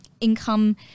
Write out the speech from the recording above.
income